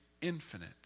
infinite